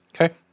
okay